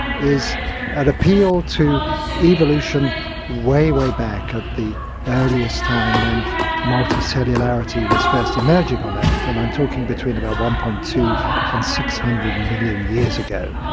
is an appeal to evolution way way back of the earliest time when multi cellularity was first emerging on earth, and i'm talking between about one. two and six hundred million years ago.